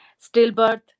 stillbirth